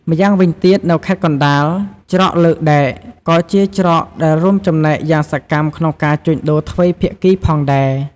ម៉្យាងវិញទៀតនៅខេត្តកណ្តាល ច្រកលើកដែក ក៏ជាច្រកដែលរួមចំណែកយ៉ាងសកម្មក្នុងការជួញដូរទ្វេភាគីផងដែរ។